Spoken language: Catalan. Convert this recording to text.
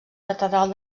catedral